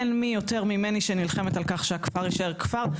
אין מי יותר ממני שנלחמת על כך שהכפר יישאר כפר,